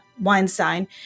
weinstein